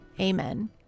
Amen